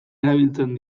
erabiltzen